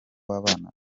w’abana